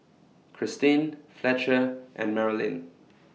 Christine Fletcher and Marilynn